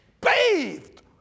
bathed